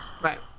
Right